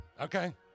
Okay